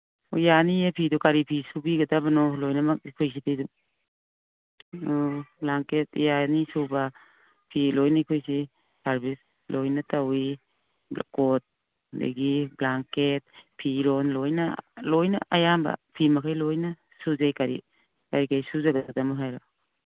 ꯑꯣ ꯌꯥꯅꯤꯌꯦ ꯐꯤꯗꯨ ꯀꯔꯤ ꯐꯤ ꯁꯨꯕꯤꯒꯗꯅꯣ ꯂꯣꯏꯅꯃꯛ ꯑꯩꯈꯣꯏ ꯁꯤꯗ ꯑꯥ ꯕ꯭ꯂꯥꯡꯀꯦꯠ ꯌꯥꯅꯤ ꯁꯨꯕ ꯐꯤ ꯂꯣꯏꯅ ꯑꯩꯈꯣꯏꯁꯤ ꯁꯥꯔꯚꯤꯁ ꯂꯣꯏꯅ ꯇꯧꯋꯤ ꯀꯣꯠ ꯑꯗꯒꯤ ꯕ꯭ꯂꯥꯡꯀꯦꯠ ꯐꯤꯔꯣꯜ ꯂꯣꯏꯅ ꯂꯣꯏꯅ ꯑꯌꯥꯝꯕ ꯐꯤ ꯃꯈꯩ ꯂꯣꯏꯅ ꯁꯨꯖꯩ ꯀꯔꯤ ꯀꯩꯀꯩ ꯁꯨꯖꯒꯗꯕꯅꯣ ꯍꯥꯏꯔꯛꯑꯣ